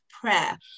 prayer